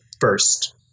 first